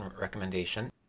recommendation